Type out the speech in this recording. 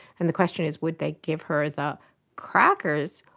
and the question is would they give her the crackers,